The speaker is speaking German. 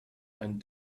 ein